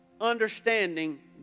understanding